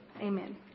Amen